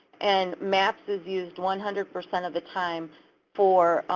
and maps is used one hundred per cent of the time for